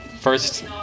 first